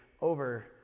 over